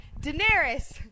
Daenerys